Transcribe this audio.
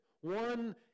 one